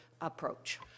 approach